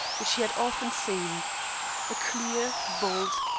which he had often seen a clear, bold,